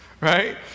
right